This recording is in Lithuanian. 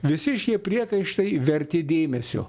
visi šie priekaištai verti dėmesio